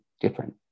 different